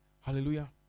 Hallelujah